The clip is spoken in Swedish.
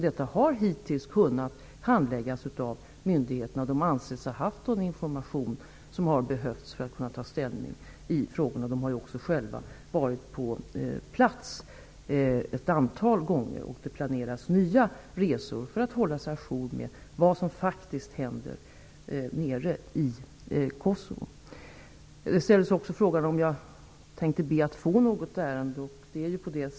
Detta har hittills kunnat handläggas av våra myndigheter. Dessa har ansetts ha haft den information som har behövts för att ta ställning. De har också själva varit på plats ett antal gånger, och det planeras nya resor för att man skall kunna hålla sig à jour med vad som faktiskt händer nere i Kosovo. Det frågades också om jag tänker be att få något ärende för prövning.